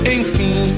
Enfim